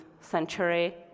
century